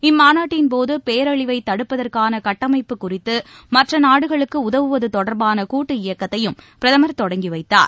இம்மாநாட்டின்போது பேரழிவை தடுப்பதற்கான கட்டமைப்பு குறித்து மற்ற நாடுகளுக்கு உதவுவது தொடர்பான கூட்டு இயக்கத்தையும் பிரதமர் தொடங்கி வைத்தார்